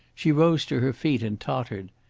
she rose to her feet, and tottered.